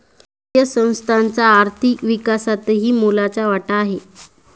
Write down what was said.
वित्तीय संस्थांचा आर्थिक विकासातही मोलाचा वाटा आहे